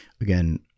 again